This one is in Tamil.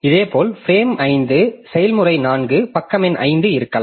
இதேபோல் ஃபிரேம் 5 செயல்முறை 4 பக்க எண் 5 இருக்கலாம்